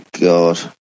god